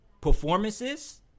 performances